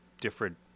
different